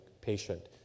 patient